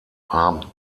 haben